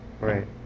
Right